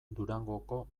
durangoko